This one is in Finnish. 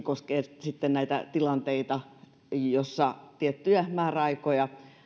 koskee sitten näitä tilanteita joissa tiettyjä määräaikoja